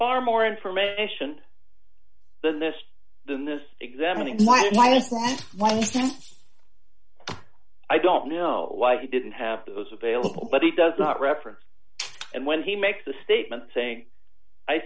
far more information than this than this examining why why why i don't know why he didn't have those available but he does not reference and when he makes a statement saying i